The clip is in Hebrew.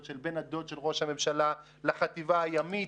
של בן הדוד של ראש הממשלה לחטיבה הימית,